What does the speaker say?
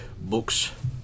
books